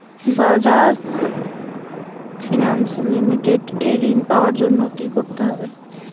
Bajaj finance limited এ ঋন পাওয়ার জন্য কি করতে হবে?